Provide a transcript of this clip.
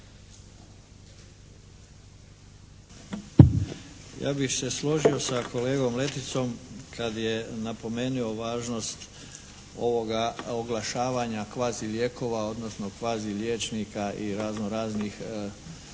Ja bih se složio sa kolegom Leticom kad je napomenuo važnost ovoga oglašavanja kvazi lijekova odnosno kvazi liječnika i razno raznih nuditelja